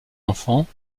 enfants